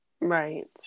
Right